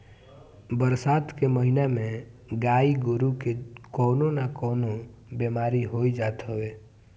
बरसात के महिना में गाई गोरु के कवनो ना कवनो बेमारी होइए जात हवे